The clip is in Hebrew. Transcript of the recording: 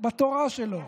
בתורה שלו,